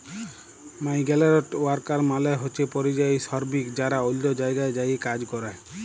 migrant worker মালে হছে পরিযায়ী শরমিক যারা অল্য জায়গায় যাঁয়ে কাজ ক্যরে